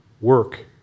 work